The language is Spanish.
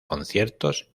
conciertos